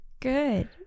good